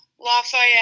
Lafayette